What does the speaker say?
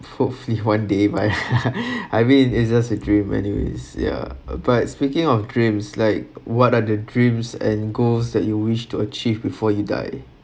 hopefully one day by I mean it's just a dream anyways yeah uh but speaking of dreams like what are the dreams and goals that you wish to achieve before you die